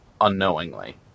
unknowingly